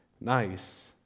Nice